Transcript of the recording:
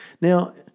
Now